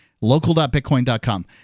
local.bitcoin.com